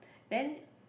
then